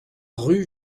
rue